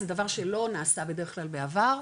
זה דבר שלא נעשה בדרך כלל בעבר,